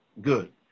Good